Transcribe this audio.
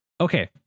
Okay